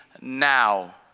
now